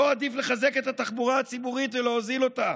לא עדיף לחזק את התחבורה הציבורית ולהוזיל אותה?